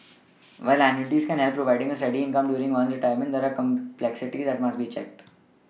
while annuities can help with providing a steady income during one's retirement there are complexities that must be checked